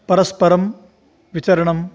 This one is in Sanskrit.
परस्परं वितरणं